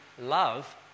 love